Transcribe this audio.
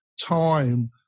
time